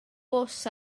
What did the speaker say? bws